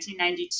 1992